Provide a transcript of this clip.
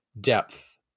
depth